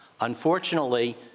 Unfortunately